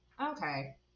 Okay